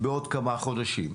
בעוד כמה חודשים.